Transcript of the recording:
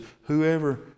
whoever